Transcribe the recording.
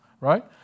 Right